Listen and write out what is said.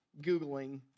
googling